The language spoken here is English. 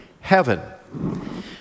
heaven